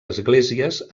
esglésies